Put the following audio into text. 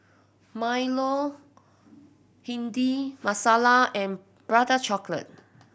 milo Bhindi Masala and Prata Chocolate